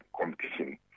competition